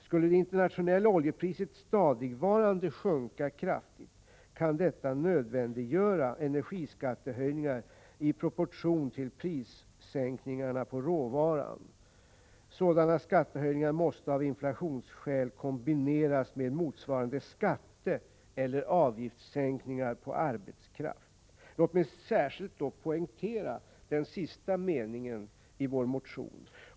Skulle det internationella oljepriset stadigvarande sjunka kraftigt, kan detta nödvändiggöra energiskattehöjningar i proportion till prissänkningarna på råvaran. Sådana skattehöjningar måste av inflationsskäl kombineras med motsvarande skatteeller avgiftssänkningar på arbetskraft. Låt mig särskilt poängtera den sista meningen i detta avsnitt ur vår motion.